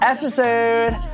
Episode